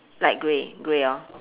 light grey grey hor